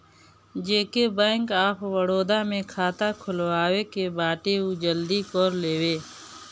जेके bank of Baroda में खाता खुलवाए के बाटे उ जल्दी कर लेवे